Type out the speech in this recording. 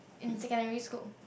in secondary school